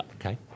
Okay